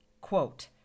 Quote